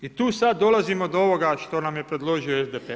I tu sad dolazimo do ovoga što nam je predložio SDP.